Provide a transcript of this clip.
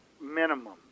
minimum